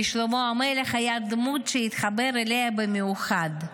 כי שלמה המלך היה דמות שהתחבר אליה במיוחד.